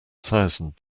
thousand